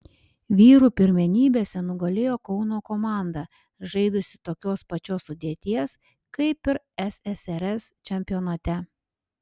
vyrų pirmenybėse nugalėjo kauno komanda žaidusi tokios pačios sudėties kaip ir ssrs čempionate